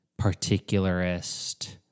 particularist